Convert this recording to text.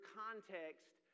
context